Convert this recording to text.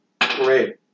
Great